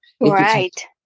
Right